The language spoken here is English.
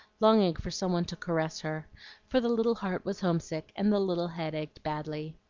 longing for some one to caress her for the little heart was homesick and the little head ached badly.